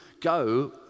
go